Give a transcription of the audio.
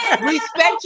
respect